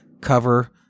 cover